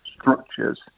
structures